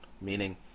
meaning